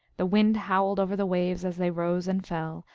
the wind howled over the waves as they rose and fell,